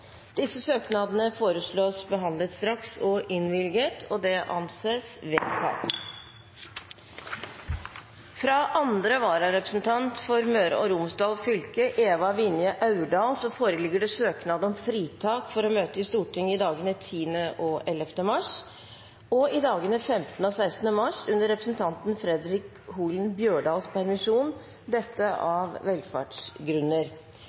Disse søknadene foreslås behandlet straks og innvilget. – Det anses vedtatt. Fra andre vararepresentant for Møre og Romsdal fylke, Eva Vinje Aurdal, foreligger søknad om fritak fra å møte i Stortinget i dagene 10. og 11. mars og i dagene 15. og 16. mars under representanten Fredric Holen Bjørdals permisjon,